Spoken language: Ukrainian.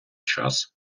час